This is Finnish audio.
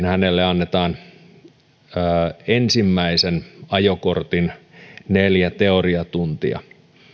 hänelle annetaan ensimmäisen ajokortin neljä teoriatuntia